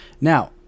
Now